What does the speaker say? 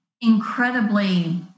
incredibly